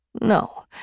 No